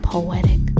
Poetic